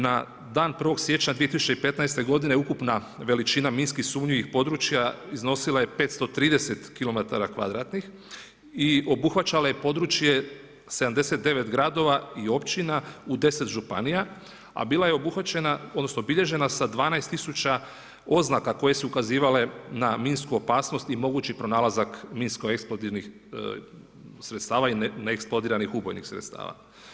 Na dan 1. siječnja 2015. godine ukupna veličina minski sumnjivih područja iznosila je 530 kilometara kvadratnih i obuhvaćala je područje 79 gradova i općina u 10 županija, a bila je obuhvaćena, odnosno obilježena sa 12 tisuća oznaka koje su ukazivale na minsku opasnost i mogući pronalazak minsko-eksplozivnih sredstava i neeksplodiranih ubojnih sredstava.